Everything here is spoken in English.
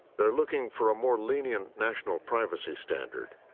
they're looking for a more lenient national privacy standard,